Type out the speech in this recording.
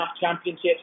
Championships